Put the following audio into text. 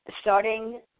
starting